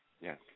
yes